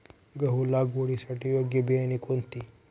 गहू लागवडीसाठी योग्य बियाणे कोणते?